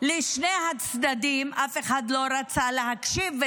לשני הצדדים, אף אחד לא רצה להקשיב.